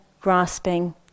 grasping